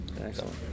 excellent